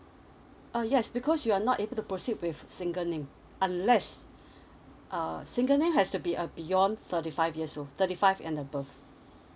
uh yes because you are not able to proceed with single name unless uh single name has to be a beyond thirty five years old thirty five and above